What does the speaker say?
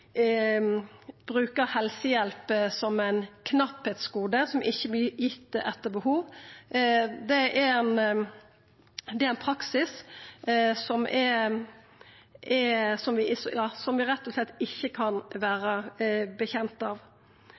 bruker helsehjelp som eit knappleiksgode som ikkje vert gitt etter behov, er ein praksis vi rett og slett ikkje kan vera kjende av.